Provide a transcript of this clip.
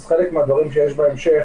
אז חלק מהדברים שיש בהמשך